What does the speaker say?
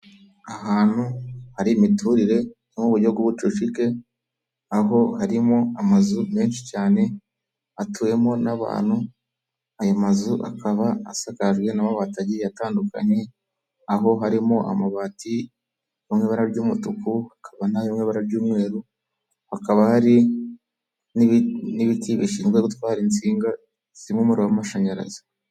Ahantu hari imiturire nk'ubu buryo bw'ubucucike aho harimo amazu menshi cyane atuwemo n'abantu, ayo mazu akaba asakajwe nabo batagiye atandukanye, aho harimo amabati yo mu ibara ry'umutuku, hakaba nayo mu ibara ry'umweru, hakaba hari n'ibiki bishinzwe gutwara insinga zirimo umuriro w'amashanyarazi.